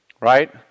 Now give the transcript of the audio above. Right